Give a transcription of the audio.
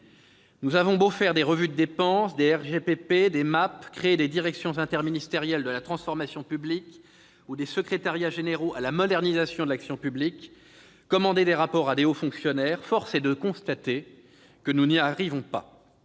Nous avons beau faire des revues de dépenses, des RGPP ou des MAP, créer des directions interministérielles de la transformation publique ou des secrétariats généraux à la modernisation de l'action publique, et commander des rapports à de hauts fonctionnaires, force est de constater que nous n'y arrivons pas.